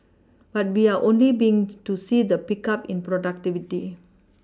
but we are only being to see the pickup in productivity